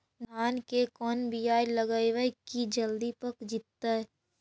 धान के कोन बियाह लगइबै की जल्दी पक जितै?